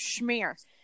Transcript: schmear